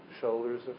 shoulders